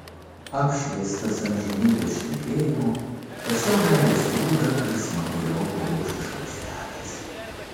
apšviestas amžinybės švytėjimo kasiau meilės rūdą ir smaguriavau grožį šaukšteliais